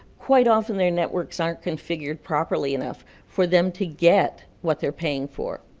quite often their networks aren't configured properly enough for them to get what they're paying for.